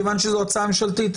כיוון שזו הצעה ממשלתית,